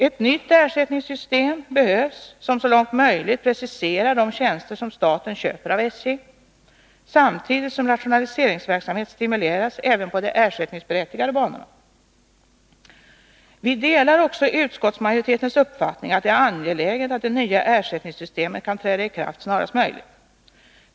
Ett nytt ersättningssystem behövs som så långt som möjligt preciserar de tjänster som staten köper av SJ samtidigt som rationaliseringsverksamhet stimuleras även på de ersättningsberättigade banorna. Vi delar också utskottsmajoritetens uppfattning att det är angeläget att det nya ersättningssystemet kan träda i kraft snarast möjligt.